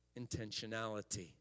intentionality